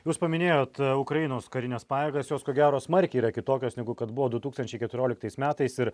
jūs paminėjot ukrainos karines pajėgas jos ko gero smarkiai yra kitokios negu kad buvo du tūkstančiai keturioliktais metais ir